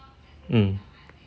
mm